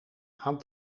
aan